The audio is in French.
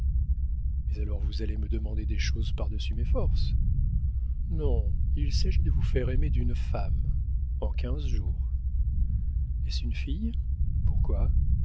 mais alors vous allez me demander des choses par-dessus mes forces non il s'agit de vous faire aimer d'une femme en quinze jours est-ce une fille pourquoi